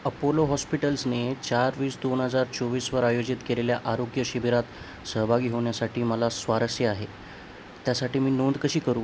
Apollo हॉस्पिटल्सने चार वीस दोन हजार चोवीसवर आयोजित केलेल्या आरोग्य शिबिरात सहभागी होन्यासाठी मला स्वारस्य आहे त्यासाठी मी नोंद कशी करू